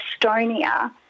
Estonia